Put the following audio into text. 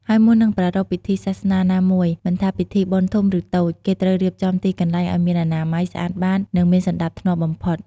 ហើយមុននឹងប្រារព្ធពិធីសាសនាណាមួយ មិនថាពិធីបុណ្យធំ ឬតូច គេត្រូវរៀបចំទីកន្លែងឲ្យមានអនាម័យ ស្អាតបាត និងមានសណ្ដាប់ធ្នាប់បំផុត។